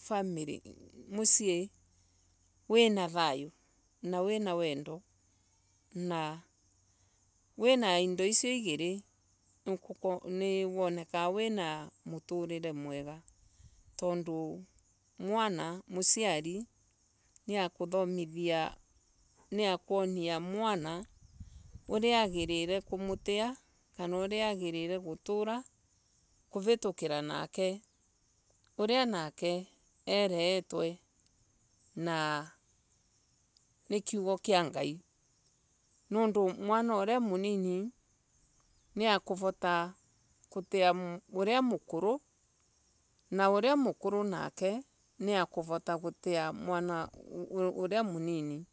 famiri. Musii wina thayo kana wendo na wina indo isio igiri niwoneka go wina muturire mwega tondu mwana Musiari niakuthomithia nikwonia mwana. uria agirire kumutia kana uria agirire gutura. Kuritukira nake. uria nake ereetwe na nikugo kia ngai. Niundu mwana uria munini niakuvota kutia uria mukuru na. Uria mukuru nake ni ukovota ketia uria munini.